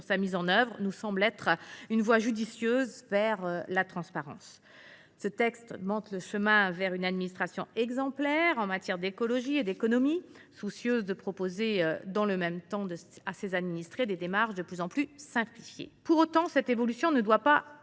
sa mise en œuvre nous semble être une voie judicieuse vers davantage de transparence. Ce texte montre le chemin vers une administration exemplaire en matière d’écologie et d’économies, soucieuse de proposer dans le même temps à ses administrés des démarches de plus en plus simplifiées. Pour autant, cette évolution ne doit pas